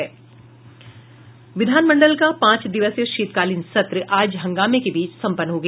विधानमंडल का पांच दिवसीय शीतकालीन सत्र आज हंगामे के बीच संपन्न हो गया